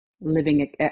living